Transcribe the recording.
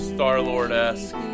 Star-Lord-esque